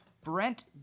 Brent